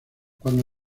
cuando